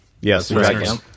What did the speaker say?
Yes